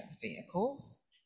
vehicles